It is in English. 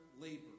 labor